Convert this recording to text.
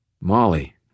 Molly